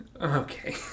Okay